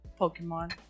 pokemon